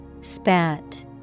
Spat